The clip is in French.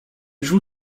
joue